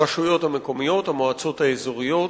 רשויות מקומיות, מועצות אזוריות,